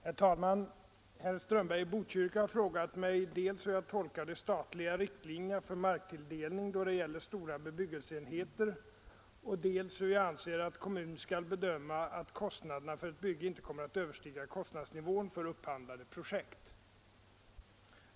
Herr talman! Herr Strömberg i Botkyrka har frågat mig dels hur jag tolkar de statliga riktlinjerna för marktilldelning då det gäller stora bebyggelseenheter, dels hur jag anser att kommun skall bedöma att kostnaderna för ett bygge inte kommer att överstiga kostnadsnivån för upphandlade projekt.